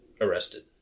Arrested